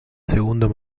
segundo